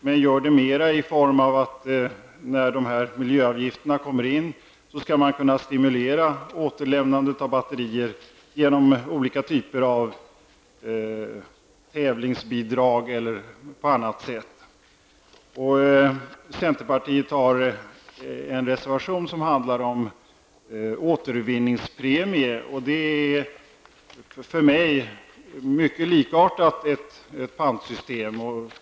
Men det är mer fråga om att man skall kunna stimulera återlämnandet av batterier genom olika typer av tävlingsbidrag eller på annat sätt när dessa miljöavgifter kommer in. Centerpartiet har en reservation som handlar om återvinningspremie, och det är för mig mycket likartat ett pantsystem.